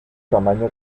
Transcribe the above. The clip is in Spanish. tamaño